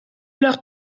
leur